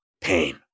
pain